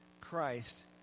Christ